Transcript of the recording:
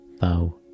thou